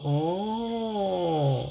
orh